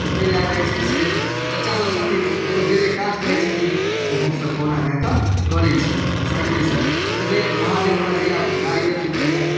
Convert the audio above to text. तऽ ता हि लए कऽ जे छै से चाचासभ छथिन तऽ ओसभ जे जे काज कहै छथिन ओ हमसभ कहुना कए कऽ करै छी साइकिलसँ ई तऽ नहि महादेव हमरा जहिआ गाड़ी देथिन तहिआ